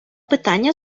питання